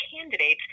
candidates